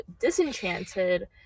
Disenchanted